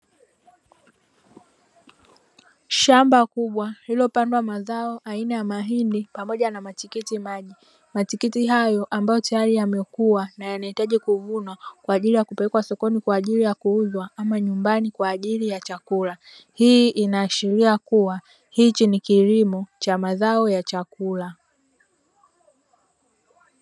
Shamba kubwa lililopandwa mazao aina ya mahindi pamoja na matikiti maji, matikiti hayo amabyo teyari yamekua na yanahitaji kuvunwa kwa ajili kupelekwa sokoni kwa ajili ya kuuzwa ama nyumbani kwa ajili ya chakula. Hii inaashiria kuwa hichi ni kilimo cha mazao ya chakula.